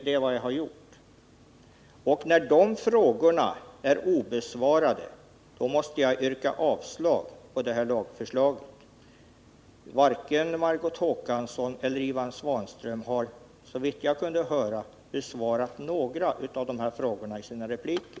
Det är vad jag har gjort, och när dessa frågor kvarstår obesvarade, då måste jag yrka avslag på lagförslaget. Varken Margot Håkansson eller Ivan Svanström har ju såvitt jag kunde höra besvarat någon av dessa frågor i sina repliker.